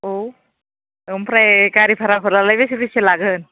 औ ओमफ्राय गारि भाराफोरालाय बेसे बेसे लागोन